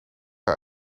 hij